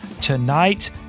tonight